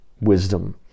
wisdom